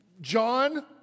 John